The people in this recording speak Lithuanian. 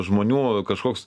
žmonių kažkoks